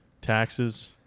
taxes